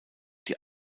die